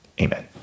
Amen